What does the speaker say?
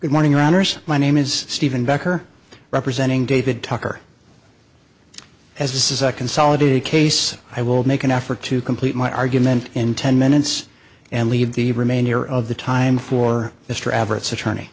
good morning honors my name is steven becker representing david tucker as this is a consolidated case i will make an effort to complete my argument in ten minutes and leave the remainder of the time for